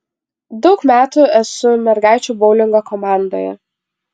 daug metų esu mergaičių boulingo komandoje